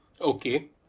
Okay